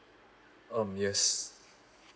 um yes